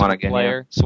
player